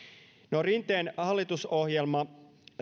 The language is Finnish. no rinteen hallitusohjelma